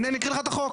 אני אקריא לך את החוק.